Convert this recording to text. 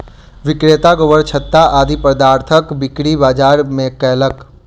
विक्रेता गोबरछत्ता आदि पदार्थक बिक्री बाजार मे कयलक